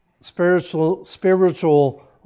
spiritual